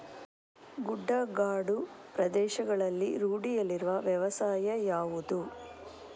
ಗುಡ್ಡಗಾಡು ಪ್ರದೇಶಗಳಲ್ಲಿ ರೂಢಿಯಲ್ಲಿರುವ ವ್ಯವಸಾಯ ಯಾವುದು?